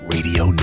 Radio